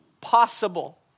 possible